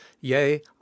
yea